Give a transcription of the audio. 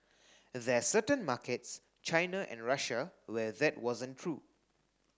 there's certain markets China and Russia where that wasn't true